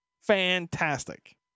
fantastic